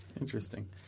Interesting